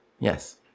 Yes